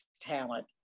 talent